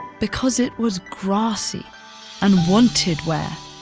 because it was grassy and wanted wear